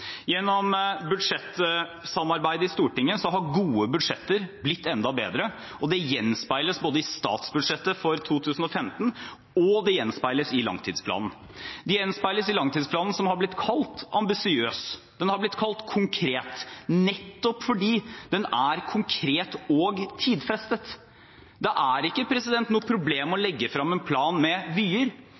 Gjennom budsjettsamarbeidet i Stortinget har gode budsjetter blitt enda bedre, og det gjenspeiles både i statsbudsjettet for 2015 og i langtidsplanen. Det gjenspeiles i langtidsplanen, som har blitt kalt «ambisiøs», og den har blitt kalt «konkret», nettopp fordi den er konkret og tidfestet. Det er ikke noe problem å legge frem en plan med